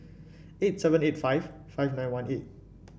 eight seven eight five five nine one eight